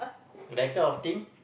that kind of thing